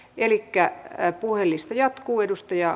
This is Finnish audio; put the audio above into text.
elikkä puhelista jatkuu